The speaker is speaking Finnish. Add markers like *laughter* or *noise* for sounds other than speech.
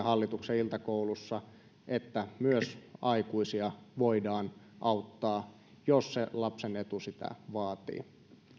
*unintelligible* hallituksen iltakoulussa tällaisen toimintalinjan että myös aikuisia voidaan auttaa jos se lapsen etu sitä vaatii